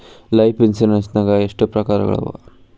Life insurance ನ್ಯಾಗ ಎಷ್ಟ್ ಪ್ರಕಾರ್ಗಳವ?